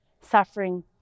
suffering